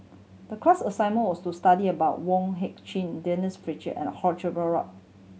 the class assignment was to study about Wong Heck Chew Denise Fletcher and Run Run